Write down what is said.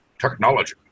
Technology